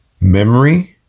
Memory